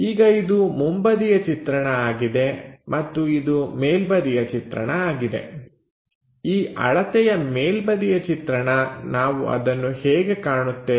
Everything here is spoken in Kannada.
ಈಗ ಇದು ಮುಂಬದಿಯ ಚಿತ್ರಣ ಆಗಿದೆ ಮತ್ತು ಇದು ಮೇಲ್ಬದಿಯ ಚಿತ್ರಣ ಆಗಿದೆ ಈ ಅಳತೆಯ ಮೇಲ್ಬದಿಯ ಚಿತ್ರಣ ನಾವು ಅದನ್ನು ಹೇಗೆ ಕಾಣುತ್ತೇವೆ